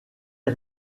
est